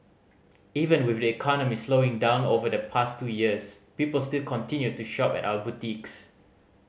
even with the economy slowing down over the past two years people still continued to shop at our boutiques